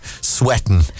sweating